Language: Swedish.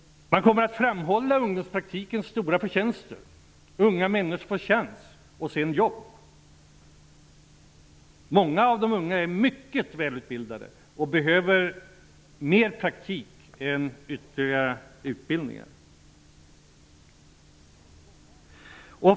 Man kommer att framhålla ungdomspraktikens stora förtjänster. Unga människor får en chans att få ett jobb. Många av de unga är mycket välutbildade och behöver mer praktik än ytterligare utbildningar.